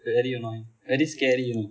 very annoying very scary you know